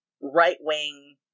right-wing